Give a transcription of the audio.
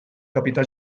capità